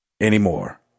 anymore